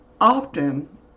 Often